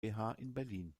berlin